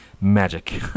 magic